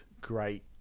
great